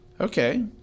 Okay